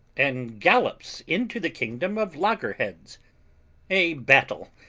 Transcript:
and gallops into the kingdom of loggerheads a battle,